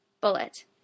bullet